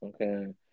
Okay